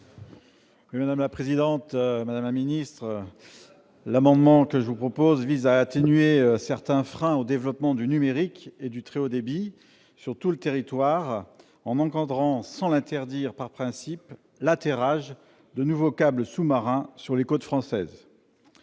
: La parole est à M. Patrick Chaize. Cet amendement vise à atténuer certains freins au développement du numérique et du très haut débit sur tout le territoire, en encadrant, sans l'interdire par principe, l'atterrage de nouveaux câbles sous-marins sur les côtes françaises.